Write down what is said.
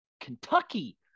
Kentucky